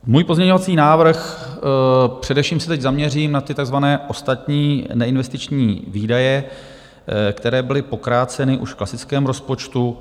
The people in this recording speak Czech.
Můj pozměňovací návrh především se teď zaměřím na ty takzvané ostatní neinvestiční výdaje, které byly pokráceny už v klasickém rozpočtu.